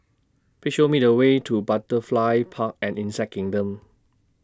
Please Show Me The Way to Butterfly Park and Insect Kingdom